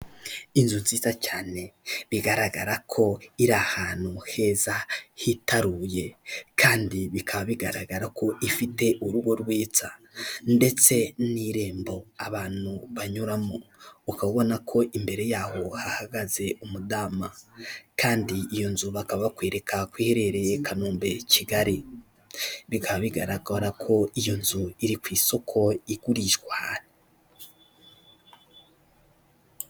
Inzu nziza cyane bigaragarako iri ahantu heza hitaruye kandi bikaba bigaragarako ifite urugo rwitsa ndetse n'irembo abantu banyuramo, ukaba ubonako imbere y'aho hahagaze umudama kandi iyo nzu bakaba bakwereka kw'iherereye i Kanombe Kigali, bikaba bigaragarako iyo nzu iri ku isoko igurishwa.